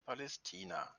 palästina